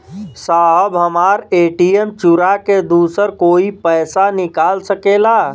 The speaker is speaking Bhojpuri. साहब हमार ए.टी.एम चूरा के दूसर कोई पैसा निकाल सकेला?